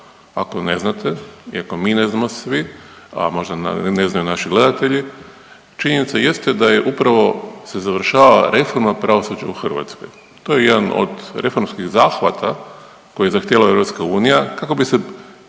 ako ne znate i ako mi ne znamo svi, a možda ne znaju naši gledatelji, činjenica jeste da je upravo se završava reforma pravosuđa u Hrvatskoj. To je jedan od reformskih zahvata koji je zahtijevala EU kako bi se